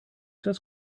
just